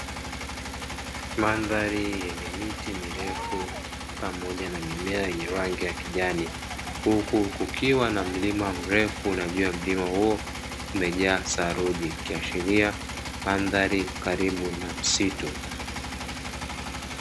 Mandhari yenye miti mirefu pamoja na mimea yenye rangi ya kijani huku kukiwa na mlima mrefu na juu ya mlima huo kumejaa saruji, ikiashiria mandhari karibu na msitu.